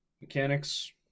Mechanics